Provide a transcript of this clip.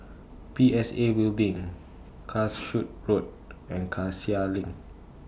P S A Building Calshot Road and Cassia LINK